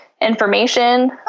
information